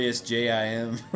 J-I-M